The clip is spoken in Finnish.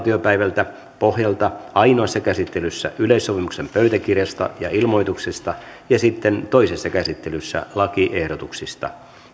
pohjalta ainoassa käsittelyssä yleissopimuksen pöytäkirjasta ja ilmoituksesta ja sitten toisessa käsittelyssä lakiehdotuksista